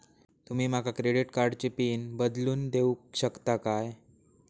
तुमी माका क्रेडिट कार्डची पिन बदलून देऊक शकता काय?